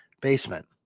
basement